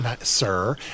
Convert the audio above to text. sir